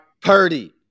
Purdy